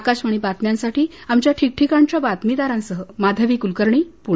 आकाशवाणी बातम्यांसाठी आमच्या ठिकठिकाणच्या बातमीदारांसह माधवी कुलकर्णी पुणे